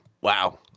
Wow